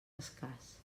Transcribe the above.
escàs